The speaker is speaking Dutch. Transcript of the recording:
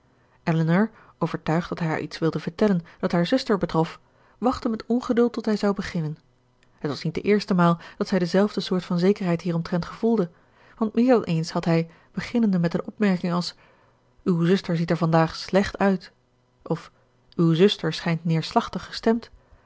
elinor overtuigd dat hij haar iets wilde vertellen dat haar zuster betrof wachtte met ongeduld tot hij zou beginnen het was niet de eerste maal dat zij dezelfde soort van zekerheid hieromtrent gevoelde want meer dan eens had hij beginnende met een opmerking als uw zuster ziet er vandaag slecht uit of uw zuster schijnt neerslachtig gestemd